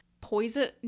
poison